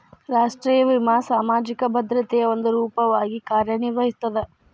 ರಾಷ್ಟ್ರೇಯ ವಿಮೆ ಸಾಮಾಜಿಕ ಭದ್ರತೆಯ ಒಂದ ರೂಪವಾಗಿ ಕಾರ್ಯನಿರ್ವಹಿಸ್ತದ